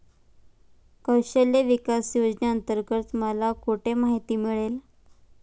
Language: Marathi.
कौशल्य विकास योजनेअंतर्गत मला कुठे माहिती मिळेल?